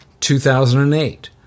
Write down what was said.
2008